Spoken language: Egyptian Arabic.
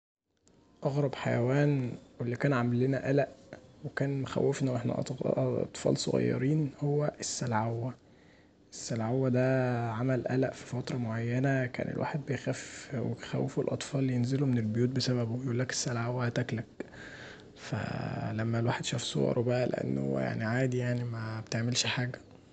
أغرب حيوان اللي كان عاملنا قلق وكان مخوفنا واحنا أطفال صغيرين هو السلعوه، السلعوه دا عمل قلق في فتره معينه الواحد كان بيخاف وبيخوفوا الأطفال ينزلوا من البيوت بسببه يقولك السلعوه هتاكلك، فالواحد لما شاف صوره بقي لقاه ان هو عادي يعني مبتعملش حاجه.